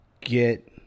get